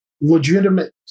legitimate